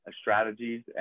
strategies